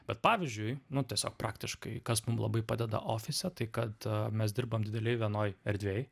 bet pavyzdžiui nu tiesiog praktiškai kas mum labai padeda ofise tai kad mes dirbam didelėj vienoj erdvėj